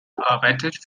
arbeitet